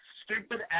stupid